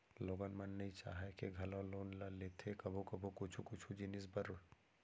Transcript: लोगन मन नइ चाह के घलौ लोन ल लेथे कभू कभू कुछु कुछु जिनिस बर